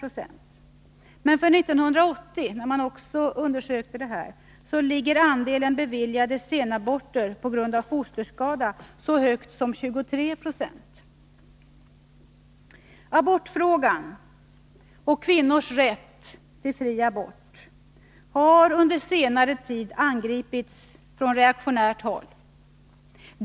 För 1980, då en undersökning gjordes, ligger andelen beviljade senaborter på grund av fosterskada så högt som 23 £. Abortfrågan och kvinnors rätt till fri abort har angripits från reaktionärt håll.